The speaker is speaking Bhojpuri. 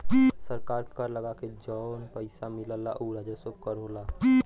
सरकार के कर लगा के जौन पइसा मिलला उ राजस्व कर होला